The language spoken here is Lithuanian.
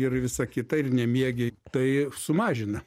ir visa kita ir nemiegi tai sumažina